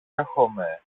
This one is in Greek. έχομε